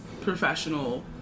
professional